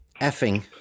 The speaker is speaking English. effing